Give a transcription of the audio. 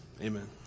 Amen